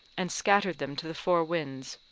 and scattered them to the four winds.